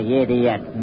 idiot